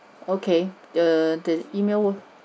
okay the the email